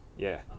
yeah